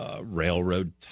Railroad